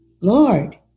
Lord